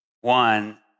One